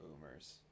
boomers